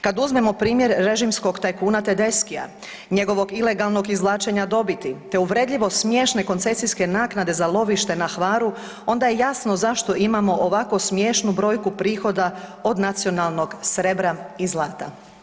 Kad uzmemo primjer režimskog tajkuna Tedeschia, njegovog ilegalnog izvlačenja dobiti te uvredljivo smiješne koncesijske naknade za lovište na Hvaru onda je jasno zašto imamo ovako smiješnu brojku prihoda od nacionalnog srebra i zlata.